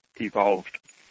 evolved